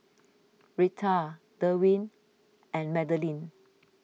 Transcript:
Rita Derwin and Madeline